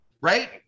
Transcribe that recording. Right